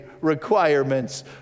requirements